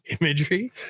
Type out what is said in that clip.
imagery